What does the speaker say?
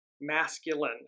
masculine